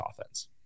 offense